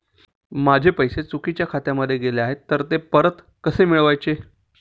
माझे पैसे चुकीच्या खात्यामध्ये गेले आहेत तर ते परत कसे मिळवायचे?